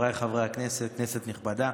חבריי חברי הכנסת, כנסת נכבדה,